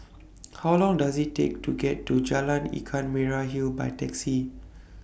How Long Does IT Take to get to Jalan Ikan Merah Hill By Taxi